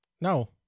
No